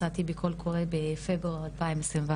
יצאתי בקול קורא בחודש פברואר 2021,